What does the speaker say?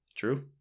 True